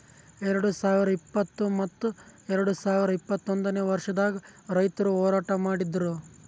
ಎರಡು ಸಾವಿರ ಇಪ್ಪತ್ತು ಮತ್ತ ಎರಡು ಸಾವಿರ ಇಪ್ಪತ್ತೊಂದನೇ ವರ್ಷದಾಗ್ ರೈತುರ್ ಹೋರಾಟ ಮಾಡಿದ್ದರು